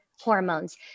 hormones